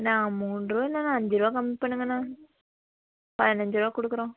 அண்ணா மூண்ரூவா இல்லைனா அஞ்சு ரூவா கம்மி பண்ணுங்க அண்ணா பதினஞ்சு ரூவா கொடுக்குறோம்